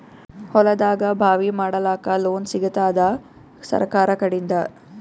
ಹೊಲದಾಗಬಾವಿ ಮಾಡಲಾಕ ಲೋನ್ ಸಿಗತ್ತಾದ ಸರ್ಕಾರಕಡಿಂದ?